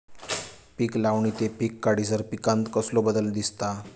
पीक लावणी ते पीक काढीसर पिकांत कसलो बदल दिसता?